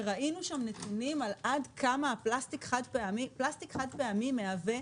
וראינו שם נתונים שפלסטיק חד-פעמי מהווה